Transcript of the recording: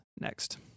next